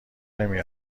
نمی